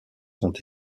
sont